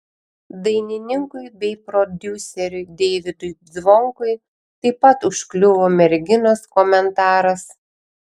dainininkui bei prodiuseriui deivydui zvonkui taip pat užkliuvo merginos komentaras